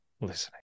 listening